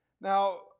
now